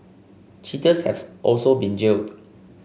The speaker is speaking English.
cheaters has also been jailed